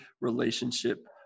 relationship